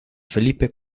felipe